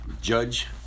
judge